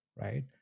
right